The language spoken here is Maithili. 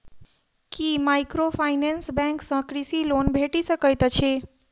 की माइक्रोफाइनेंस बैंक सँ कृषि लोन भेटि सकैत अछि?